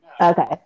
Okay